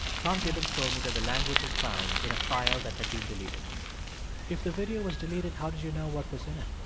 tom gibbons told me that the language was found in a file that had been deleted if the video was deleted, how did you know what was in it?